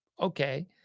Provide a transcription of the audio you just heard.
okay